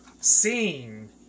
seen